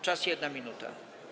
Czas - 1 minuta.